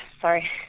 sorry